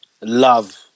love